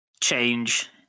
change